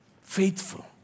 Faithful